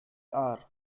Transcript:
are